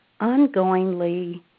ongoingly